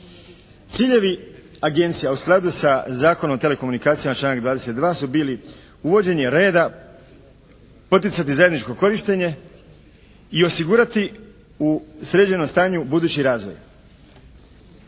Ciljevi agencija u skladu sa Zakonom o telekomunikacijama članak 22. su bili: uvođenje reda, poticati zajedničko korištenje i osigurati u sređenom stanju budući razvoj.